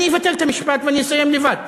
אני אבטל את המשפט ואני אסיים לבד.